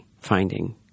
finding